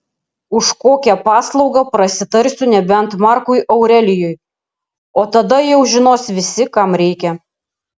už kokią paslaugą prasitarsiu nebent markui aurelijui o tada jau žinos visi kam reikia